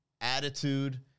attitude